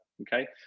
okay